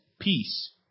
peace